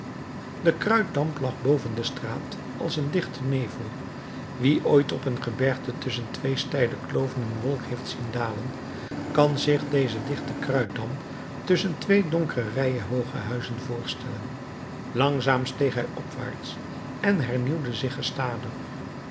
de kruitdamp lag boven de straat als een dichte nevel wie ooit op een gebergte tusschen twee steile kloven een wolk heeft zien dalen kan zich dezen dichten kruitdamp tusschen twee donkere rijen hooge huizen voorstellen langzaam steeg hij opwaarts en hernieuwde zich